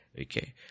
Okay